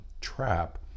trap